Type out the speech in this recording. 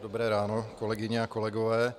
Dobré ráno, kolegyně a kolegové.